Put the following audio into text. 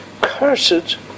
cursed